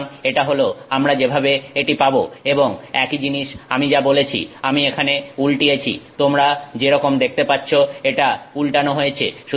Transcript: সুতরাং এটা হল আমরা যেভাবে এটি পাবো এবং একই জিনিস আমি যা বলেছি আমরা এখানে উল্টিয়েছি তোমরা যে রকম দেখতে পাচ্ছ এটা উল্টানো হয়েছে